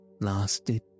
lasted